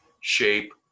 shape